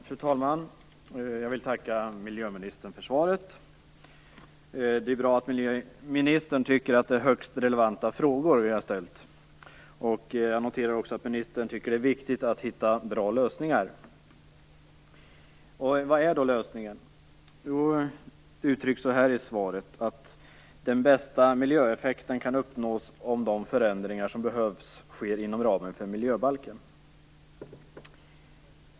Fru talman! Jag vill tacka miljöministern för svaret. Det är bra att ministern tycker att det är högst relevanta frågor som vi har ställt. Jag noterar också att ministern tycker att det är viktigt att hitta bra lösningar. Vad är då lösningen? Det uttrycks så här i svaret: "- den bästa miljöeffekten kan uppnås om de förändringar som behövs sker inom ramen för miljöbalken -."